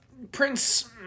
Prince